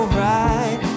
right